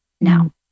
Now